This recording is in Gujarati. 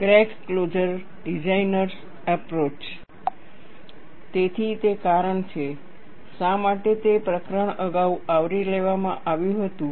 ક્રેક ક્લોઝર ડિઝાઇનર્સ અપ્રોચ તેથી તે કારણ છે શા માટે તે પ્રકરણ અગાઉ આવરી લેવામાં આવ્યું હતું